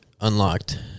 unlocked